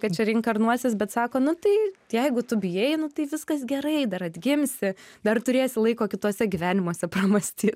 kad čia reinkarnuosis bet sako nu tai jeigu tu bijai tai viskas gerai dar atgimsi dar turėsi laiko kituose gyvenimuose pramąstyt